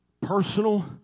personal